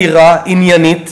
מהירה, עניינית,